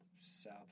South